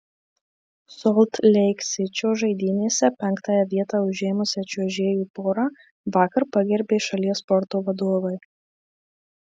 solt leik sičio žaidynėse penktąją vietą užėmusią čiuožėjų porą vakar pagerbė šalies sporto vadovai